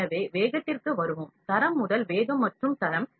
எனவே வேகத்திற்கு வருவோம் தரம் முதல் வேகம் மற்றும் தரம்